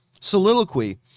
soliloquy